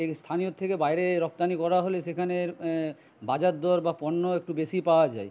এই স্থানীয়র থেকে বায়রে রপ্তানি করা হলে সেখানের বাজারদর বা পণ্য একটু বেশিই পাওয়া যায়